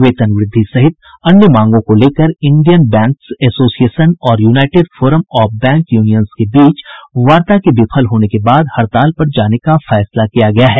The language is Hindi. वेतन वृद्धि सहित अन्य मांगों को लेकर इंडियन बैंक्स एसोसिएशन और united forum of bank unions के बीच वार्ता के विफल होने के बाद हड़ताल पर जाने का फैसला किया गया है